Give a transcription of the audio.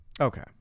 Okay